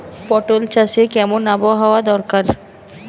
পটল চাষে কেমন আবহাওয়া দরকার?